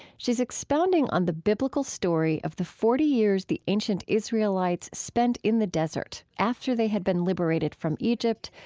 she's expounding on the biblical story of the forty years the ancient israelites spent in the desert, after they had been liberated from egypt,